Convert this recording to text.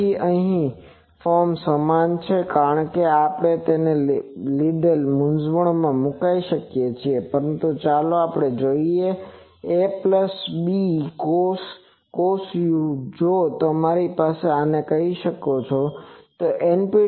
તેથી આ અહીં ફોર્મ સમાન છે જોકે આને લીધે તમે મૂંઝવણમાં મુકાઈ શકો છો પરંતુ ચાલો જોઈએ abcos જો તમે આ કરો છો મારા એન